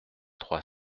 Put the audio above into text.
trois